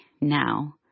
now